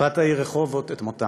בת העיר רחובות, את מותה.